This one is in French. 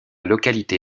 localité